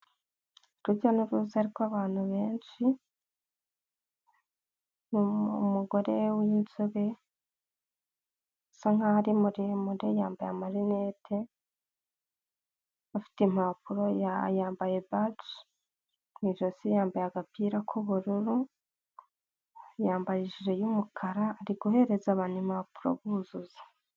Urujya n'uruza rw'abantu benshi, umugore w'inzobe usa nkaho ari muremure yambaye amarinete, afite impapuro, ya yambaye baji, mu ijosi yambaye agapira k'ubururu yambaye ijire y'umukara ari guhereza abantu impapuro buzuza.